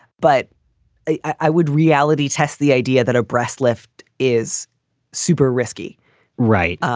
but i would reality test the idea that a breast lift is super risky right.